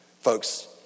Folks